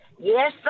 Yes